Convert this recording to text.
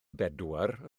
bedwar